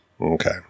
Okay